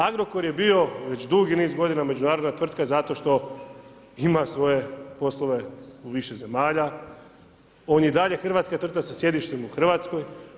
Agrokor je bio već dugi niz godina međunarodna tvrtka zato što ima svoje poslove u više zemalja, on je i dalje hrvatska tvrtka sa sjedištem u Hrvatskoj.